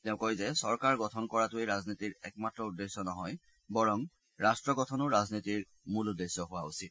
তেওঁ কয় যে চৰকাৰ গঠন কৰাটোৱেই ৰাজনীতিৰ একমাত্ৰ উদ্দেশ্য নহয় বৰং ৰাষ্ট্ৰ গঠনো ৰাজনীতিৰ মূল উদ্দেশ্য হোৱা উচিত